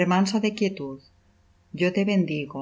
remanso de quietud yo te bendigo